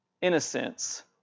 innocence